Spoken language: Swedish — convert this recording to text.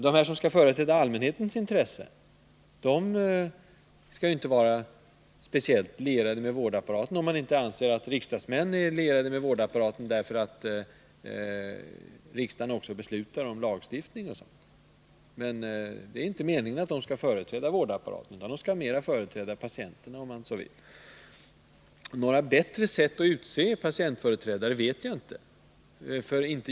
De som skall företräda allmänhetens intresse skall inte vara speciellt lierade med vårdapparaten, om man inte anser att riksdagsmän har anknytning till vårdapparaten därför att riksdagen beslutar om lagstiftning och sådant. Det är inte meningen att dessa fyra skall företräda vården, utan de skall företräda allmänheten, dvs. patienterna. Att det skulle finnas bättre sätt att utse patientföreträdare vet jag inte.